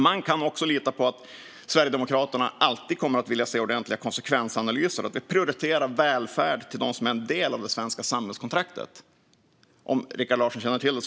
Man kan också lita på att Sverigedemokraterna alltid kommer att vilja se ordentliga konsekvensanalyser. Vi prioriterar välfärd till dem som är en del av det svenska samhällskontraktet, om Rikard Larsson känner till det.